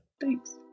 Thanks